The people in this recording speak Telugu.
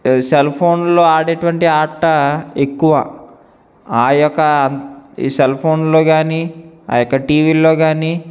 సెల్ఫోన్లో ఆడేటువంటి ఆట ఎక్కువ ఆ యొక్క ఈ సెల్ఫోన్లో కానీ ఆ యొక్క టీవీలో కానీ